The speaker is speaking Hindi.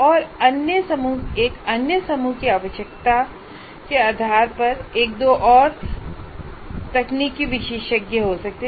और अन्य समूह में आवश्यकता के आधार पर एक या दो तकनीकी विशेषज्ञ हो सकते हैं